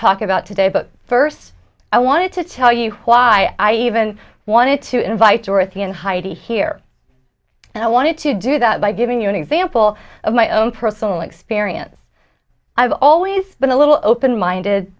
talk about today but first i want to tell you why i even wanted to invite dorothy and heidi here and i wanted to do that by giving you an example of my own personal experience i've always been a little open minded